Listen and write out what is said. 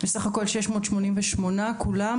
בסך הכול 688 כולם,